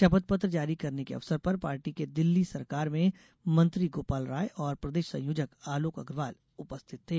शपथ पत्र जारी करने के अवसर पर पार्टी के दिल्ली सरकार में मंत्री गोपाल राय और प्रदेश संयोजक आलोक अग्रवाल उपस्थित थे